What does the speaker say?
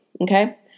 Okay